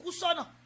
kusona